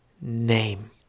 name